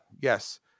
yes